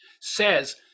says